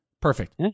Perfect